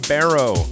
Barrow